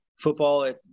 football